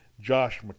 Josh